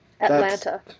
Atlanta